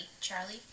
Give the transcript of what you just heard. Charlie